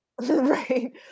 Right